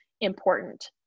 important